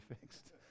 fixed